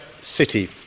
city